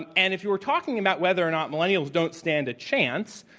and and if you were talking about whether or not millennials don't stand a chance,